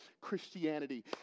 Christianity